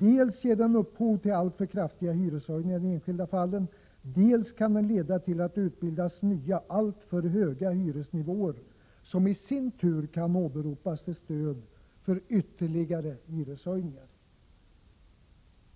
Dels ger den upphov till alltför kraftiga hyreshöjningar i de enskilda fallen, dels kan den leda till att det utbildas nya, alltför höga hyresnivåer som i sin tur kan åberopas till stöd för ytterligare hyreshöjningar.”